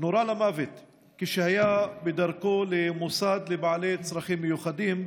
נורה למוות כשהיה בדרכו למוסד לבעלי צרכים מיוחדים.